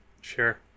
Sure